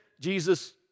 Jesus